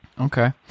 Okay